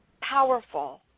powerful